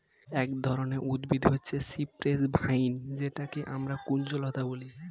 এক ধরনের উদ্ভিদ হচ্ছে সিপ্রেস ভাইন যেটাকে আমরা কুঞ্জলতা বলি